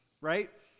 right